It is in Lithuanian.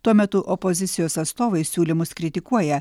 tuo metu opozicijos atstovai siūlymus kritikuoja